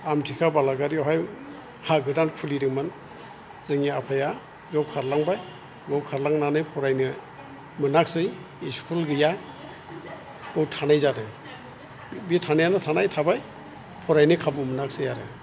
आमथिका बालागारियावहाय हा गोदान खुलिदोंमोन जोंनि आफाया बेयाव खारलांबाय बेयाव खारलांनानै फरायनो मोनासै स्कुल गैया बाव थानाय जादों बि थानायानो थानाय थाबाय फरायनो खाबु मोनाखसै आरो